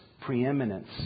preeminence